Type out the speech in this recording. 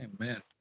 Amen